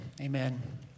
amen